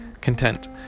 content